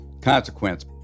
consequence